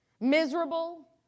miserable